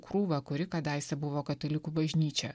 krūvą kuri kadaise buvo katalikų bažnyčia